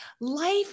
Life